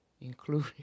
including